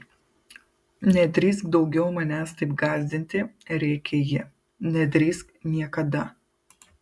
nedrįsk daugiau manęs taip gąsdinti rėkė ji nedrįsk niekada